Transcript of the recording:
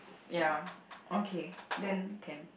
ya okay then can